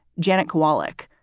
jannik wollack,